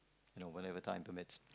you know whatever time permits